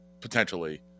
potentially